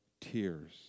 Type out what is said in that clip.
tears